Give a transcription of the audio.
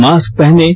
mask पहनें